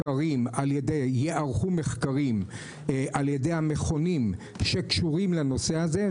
ייערכו מחקרים על ידי המכונים שקשורים לנושא הזה,